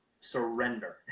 surrender